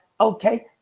Okay